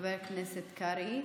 חבר הכנסת קרעי,